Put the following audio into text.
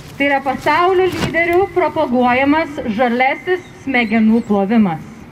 tai yra pasaulio lyderių propaguojamas žaliasis smegenų plovimas